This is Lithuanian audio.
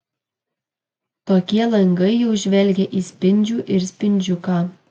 tokie langai jau žvelgia į spindžių ir spindžiuką